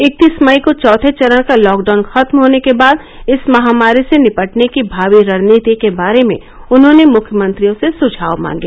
इकत्तीस मई को चौथे चरण का लॉकडाउन खत्म होने के बाद इस महामारी से निपटने की भावी रणनीति के बारे में उन्होंने मुख्यमंत्रियों से सुझाव मांगे